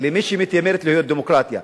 למי שמתיימרת להיות דמוקרטיה.